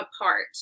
apart